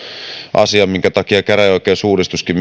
asia minkä takia käräjäoikeusuudistuskin